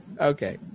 Okay